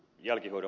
pitää